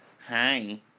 Hi